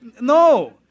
No